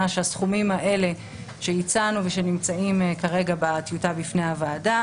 שהסכומים שהצענו ושנמצאים כרגע בטיוטה בפני הוועדה,